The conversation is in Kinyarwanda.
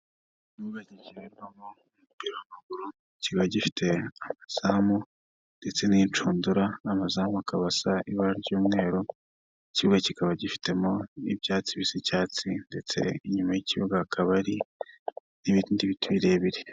Ikibuga gikinirwamo umupira w'amaguru kiba gifite amazamu, ndetse n'inshundura n'amazamu akaba asa ibara ry'umweru. Ikibuga kikaba gifitemo n'ibyatsi bisa icyatsi, ndetse n'inyuma y'ikibuga hakaba hari n'ibindi biti birebire.